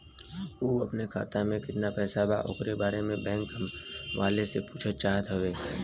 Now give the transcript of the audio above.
उ अपने खाते में कितना पैसा बा ओकरा बारे में बैंक वालें से पुछल चाहत हवे?